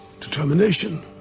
Determination